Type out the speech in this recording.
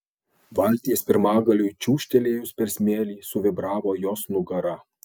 valties pirmagaliui čiūžtelėjus per smėlį suvibravo jos nugara